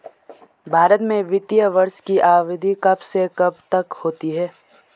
भारत में वित्तीय वर्ष की अवधि कब से कब तक होती है?